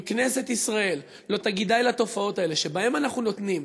אם כנסת ישראל לא תגיד די לתופעות האלה שבהן אנחנו נותנים